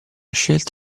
scelta